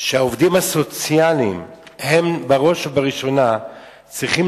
שהעובדים הסוציאליים בראש ובראשונה צריכים